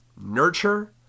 nurture